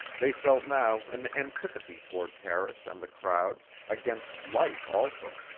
they felt now an antipathy toward paris and the crowd, against life also.